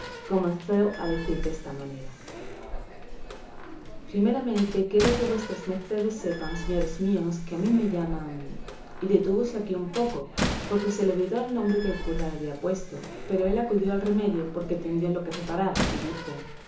comenzó a decir desta manera primeramente quiero que vuestras mercedes sepan señores míos que a mí me llaman y detúvose aquí un poco porque se le olvidó el nombre que el cura le había puesto pero él acudió al remedio porque entendió en lo que reparaba y dijo